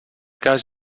cas